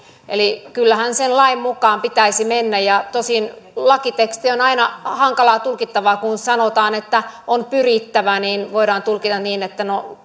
eli kyllähän sen lain mukaan pitäisi mennä tosin lakiteksti on aina hankalaa tulkittavaa kun sanotaan että on pyrittävä niin voidaan tulkita niin että no